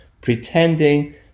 pretending